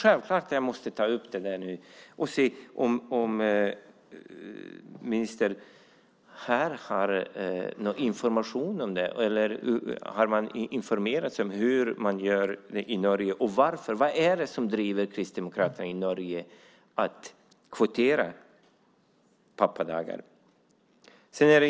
Jag undrar om ministern här har någon information om det. Har man informerat sig om hur man gör i Norge och varför? Vad är det som driver kristdemokraterna i Norge att kvotera pappadagar?